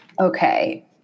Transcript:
Okay